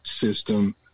system